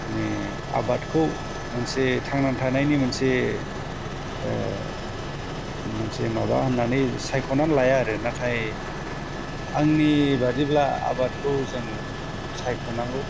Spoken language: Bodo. माने आबादखौ मोनसे थांनानै थानायनि मोनसे मोनसे माबा होननानै सायख'नानै लाया आरो नाथाय आंनि बादिब्ला आबादखौ जों सायख' नांगौ